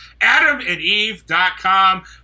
AdamandEve.com